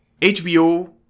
HBO